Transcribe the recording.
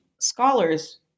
Scholars